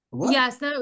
Yes